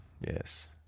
Yes